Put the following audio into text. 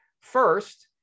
First